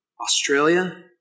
Australia